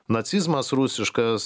nacizmas rusiškas